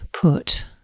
put